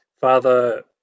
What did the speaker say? Father